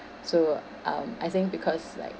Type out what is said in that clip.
so um I think because like